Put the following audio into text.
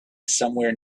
somewhere